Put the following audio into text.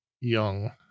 Young